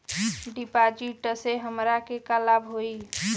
डिपाजिटसे हमरा के का लाभ होई?